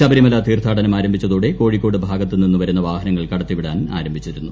ശബരിമല തീർത്ഥാടനം ആരംഭിച്ചതോടെ കോഴിക്കോട് ഭാഗത്തു നിന്നുവരുന്ന വാഹനങ്ങൾ കടത്തിവിടാൻ ആരംഭിച്ചിരുന്നു